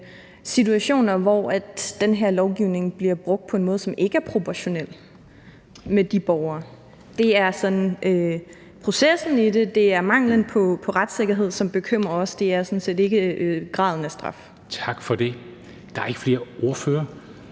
situationer, hvor den her lovgivning bliver brugt på en måde, som ikke er proportionel, i forhold til de borgere. Det er processen i det. Det er manglen på retssikkerhed, som bekymrer os. Det er sådan set ikke graden af straf. Kl. 13:03 Formanden